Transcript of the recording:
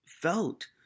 felt